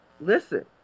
listen